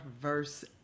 verse